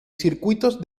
circuitos